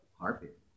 carpet